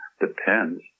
depends